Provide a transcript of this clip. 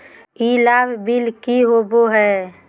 ई लाभ बिल की होबो हैं?